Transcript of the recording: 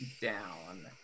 down